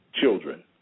children